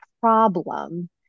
problem